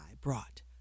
brought